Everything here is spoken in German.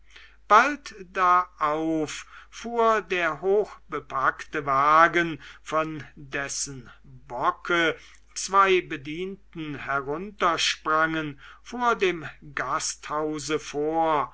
bald darauf fuhr der hochbepackte wagen von dessen bocke zwei bedienten heruntersprangen vor dem gasthause vor